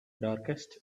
darkest